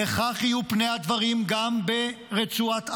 וכך יהיו פני הדברים גם ברצועת עזה.